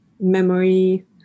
memory